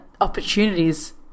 opportunities